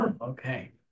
Okay